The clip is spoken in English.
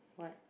what